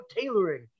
tailoring